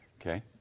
Okay